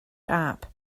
app